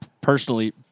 personally